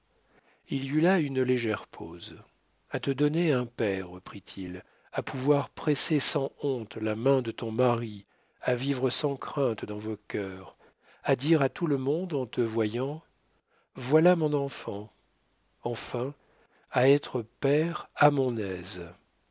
il y eut là une légère pause a te donner un père reprit-il à pouvoir presser sans honte la main de ton mari à vivre sans crainte dans vos cœurs à dire à tout le monde en te voyant voilà mon enfant enfin à être père à mon aise